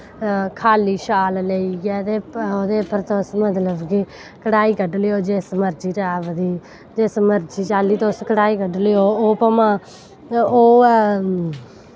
खाल्ली शाल लेईयै ते ओह्दे पर तुस मतलव कि कढ़ाई कड्ढी जिस टैव दी जिस मर्जी चाल्ली तुस भामैं कढ़ाई कड्ढी लैओ ते ओह् ऐ